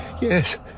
Yes